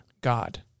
God